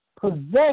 possession